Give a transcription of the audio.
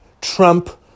Trump